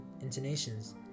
intonations